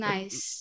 Nice